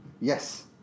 Yes